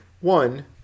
One